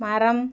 மரம்